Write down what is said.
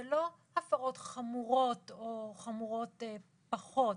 זה לא הפרות חמורות או חמורות פחות.